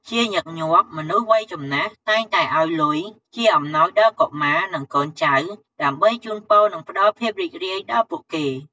ជាញឹកញាប់ មនុស្សវ័យចំណាស់ តែងតែឱ្យលុយជាអំណោយដល់កុមារ និងកូនចៅ ដើម្បីជូនពរ និងផ្ដល់ភាពរីករាយដល់ពួកគេ។